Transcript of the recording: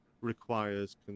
requires